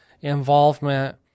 involvement